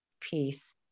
peace